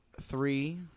three